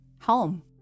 home